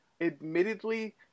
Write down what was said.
Admittedly